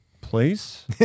place